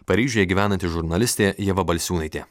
paryžiuje gyvenanti žurnalistė ieva balsiūnaitė